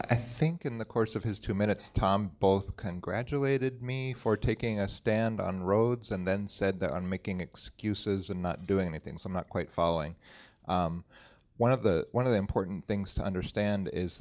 i think in the course of his two minutes tom both congratulated me for taking a stand on roads and then said i'm making excuses and not doing the things i'm not quite following one of the one of the important things to understand is